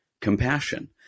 compassion